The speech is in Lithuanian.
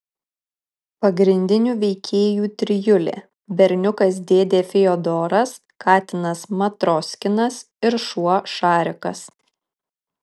pagrindinių veikėjų trijulė berniukas dėdė fiodoras katinas matroskinas ir šuo šarikas